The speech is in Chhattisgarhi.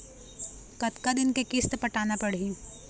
कतका दिन के किस्त पटाना पड़ही?